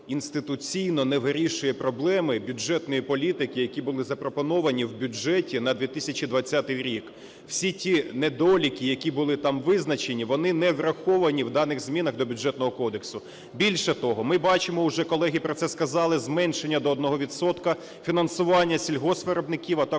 інституційно не вирішує проблеми бюджетної політики, які були запропоновані в бюджеті на 2020 рік. Всі ті недоліки, які були там визначені, вони не враховані в даних змінах до Бюджетного кодексу. Більше того, ми бачимо, вже колеги про це сказали, зменшення до одного відсотка фінансування сільгоспвиробників, а також